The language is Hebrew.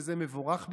וזה מבורך בעיניי.